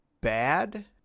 bad